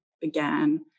began